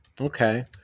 Okay